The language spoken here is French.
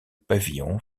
pavillon